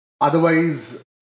Otherwise